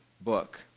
book